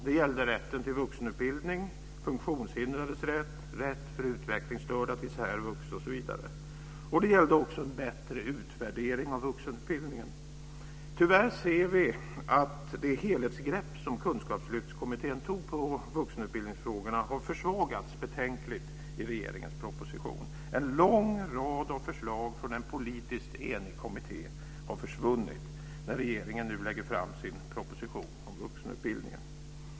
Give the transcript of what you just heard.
Det gällde rätten till vuxenutbildning, funktionshindrades rätt, rätt för utvecklingsstörda till särvux osv. Det gällde också en bättre utvärdering av vuxenutbildningen. Tyvärr ser vi att det helhetsgrepp som kunskapslyftskommittén tog på vuxenutbildningsfrågorna har försvagats betänkligt i regeringens proposition. En lång rad förslag från en politiskt enig kommitté har försvunnit när regeringen nu lägger fram sin proposition om vuxenutbildningen.